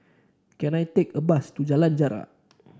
can I take a bus to Jalan Jarak